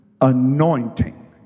anointing